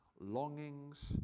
longings